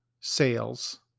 sales